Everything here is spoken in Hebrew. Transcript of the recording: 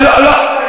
לא, לא.